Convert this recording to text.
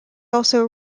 also